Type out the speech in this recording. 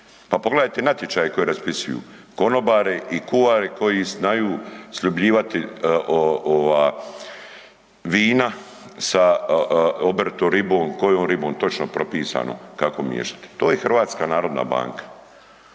pogledajte natječaje koje raspisuju konobari i kuhati koji znaju sljubljivati vina sa oboritom ribom, kojom ribom točno propisano kako miješati, to je HNB. Bitno je da